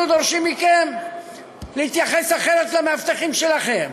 אנחנו דורשים מכן להתייחס אחרת למאבטחים שלכן.